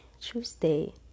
Tuesday